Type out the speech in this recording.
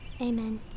Amen